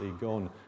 gone